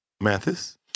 Mathis